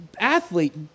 athlete